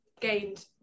gained